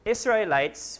Israelites